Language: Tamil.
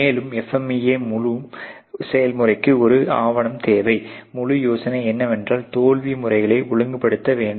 மேலும் FMEA முழு செயல்முறைக்கு ஒரு ஆவணம் தேவை முழு யோசனை என்னவென்றால் தோல்வி முறைகளை ஒழுங்குபடுத்த வேண்டும்